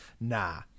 Nah